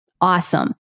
Awesome